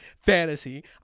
fantasy